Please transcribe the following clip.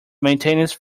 maintenance